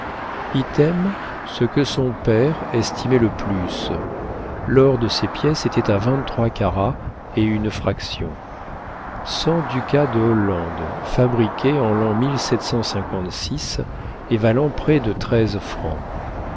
item ce que son père estimait le plus l'or de ces pièces était à vingt-trois carats et une fraction cent ducats de hollande fabriqués en l'an é valant près de treize francs